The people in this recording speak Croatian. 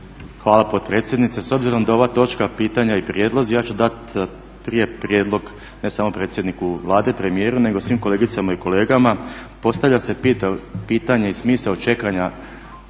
Hvala potpredsjednice. S obzirom da je ova točka pitanja i prijedlozi ja ću dati prije prijedlog ne samo predsjedniku Vlade, premijeru, nego svim kolegicama i kolegama. Postavlja se pitanje i smisao čekanja